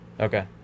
Okay